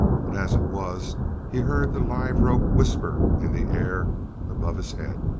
but as it was he heard the live rope whisper in the air above his head.